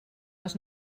les